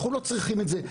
אנחנו לא צריכים את זה,